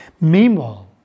Meanwhile